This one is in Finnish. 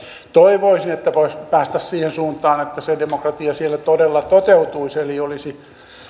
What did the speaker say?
toivoisin että maakuntahallinnossa voisi päästä siihen suuntaan että se demokratia siellä todella toteutuisi